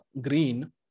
green